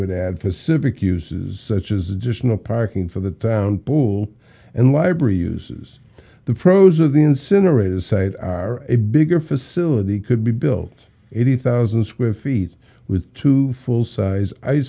add to civic uses such as additional parking for the town pool and library uses the pros or the incinerator site are a bigger facility could be built eighty thousand square feet with two full size i